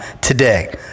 today